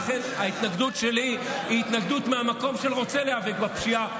ולכן ההתנגדות שלי היא התנגדות מהמקום שרוצה להיאבק בפשיעה.